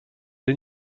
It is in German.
den